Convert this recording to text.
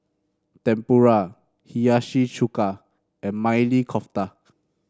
Tempura Hiyashi Chuka and Maili Kofta